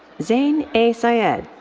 zain a. syed.